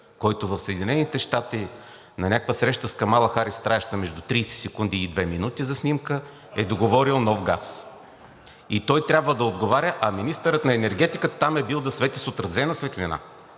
който в Съединените щати – на някаква среща с Камала Харис, траеща между 30 секунди и две минути за снимка, е договорил нов газ. Той трябва да отговаря. Министърът на енергетиката там е бил да свети с отразена светлина,